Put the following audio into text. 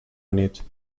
unit